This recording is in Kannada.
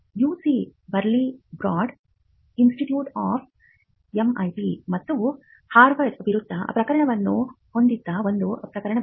UC Berkeley Broad Institute of MIT ಮತ್ತು ಹಾರ್ವರ್ಡ್ ವಿರುದ್ಧ ಪ್ರಕರಣವನ್ನು ಹೊಂದಿದ್ದ ಒಂದು ಪ್ರಕರಣವಿದೆ